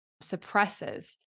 suppresses